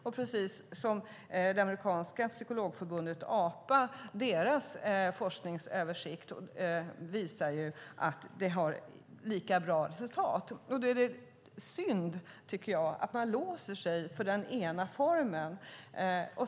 Den forskningsöversikt som det amerikanska psykologförbundet, APA, har gjort visar lika bra resultat. Då tycker jag att det är synd att man låser sig för en viss form.